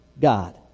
God